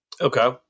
Okay